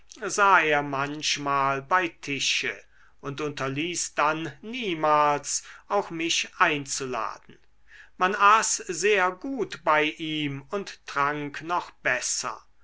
sah er manchmal bei tische und unterließ dann niemals auch mich einzuladen man aß sehr gut bei ihm und trank noch besser